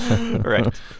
Right